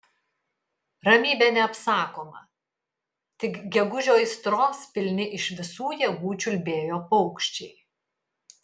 ramybė neapsakoma tik gegužio aistros pilni iš visų jėgų čiulbėjo paukščiai